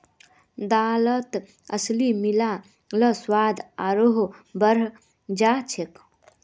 दालत अलसी मिला ल स्वाद आरोह बढ़ जा छेक